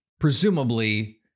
Presumably